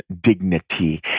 dignity